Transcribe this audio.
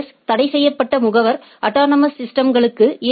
S தடைசெய்யப்பட்ட முகவர் autonomous சிஸ்டம்ஸ்களுக்கு ஏ